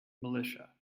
militia